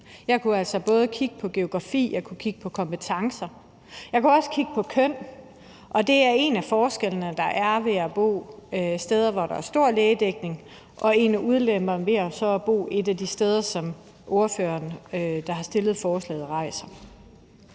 jeg kunne også kigge både på geografi, på kompetencer og også på køn. Det er en af fordelene ved at bo et sted, hvor der er stor lægedækning, og det er en af ulemperne ved så at bo i et af de steder, som ordføreren, der har fremsat forslaget, nævner.